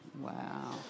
wow